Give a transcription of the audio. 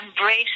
Embrace